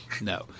No